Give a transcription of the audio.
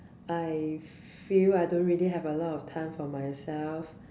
I feel I don't really have a lot of time for myself